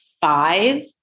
five